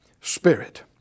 spirit